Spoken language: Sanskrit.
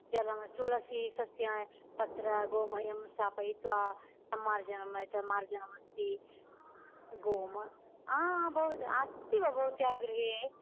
जलं तुलसि सस्य तत्र गोमयं स्थापयित्वा सम्मर्जनमेतत् मार्जनमस्ति गोम हा हा भव अस्ति वा भवत्याः गृहे